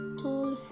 told